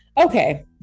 Okay